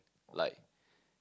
like